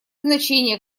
значение